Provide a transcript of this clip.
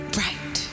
Bright